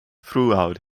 throughout